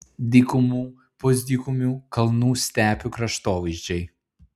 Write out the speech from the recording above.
dykumų pusdykumių kalnų stepių kraštovaizdžiai